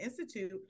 Institute